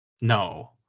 No